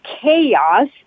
chaos